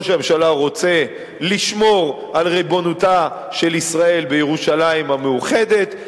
ראש הממשלה רוצה לשמור על ריבונותה של ישראל בירושלים המאוחדת,